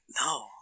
No